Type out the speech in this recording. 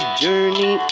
journey